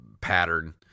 pattern